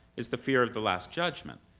is the fear of the last judgment,